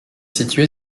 situé